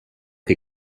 che